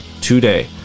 today